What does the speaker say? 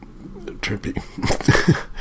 Trippy